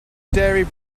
diary